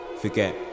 forget